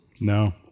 No